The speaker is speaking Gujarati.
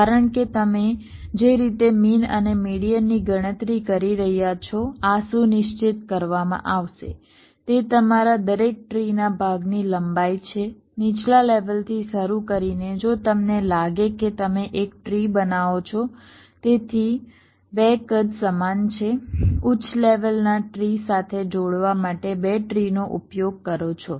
કારણ કે તમે જે રીતે મીન અને મેડીઅનની ગણતરી કરી રહ્યા છો આ સુનિશ્ચિત કરવામાં આવશે તે તમારા દરેક ટ્રીના ભાગની લંબાઈ છે નીચલા લેવલથી શરૂ કરીને જો તમને લાગે કે તમે એક ટ્રી બનાવો છો જેથી 2 કદ સમાન છે ઉચ્ચ લેવલના ટ્રી સાથે જોડવા માટે 2 ટ્રી નો ઉપયોગ કરો છો